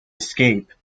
escape